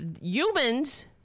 humans